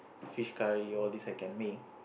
fish curry all these I can make